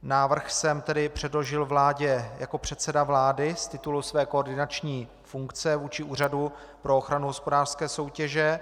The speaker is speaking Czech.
Návrh jsem předložil vládě jako předseda vlády z titulu své koordinační funkce vůči Úřadu pro ochranu hospodářské soutěže.